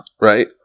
right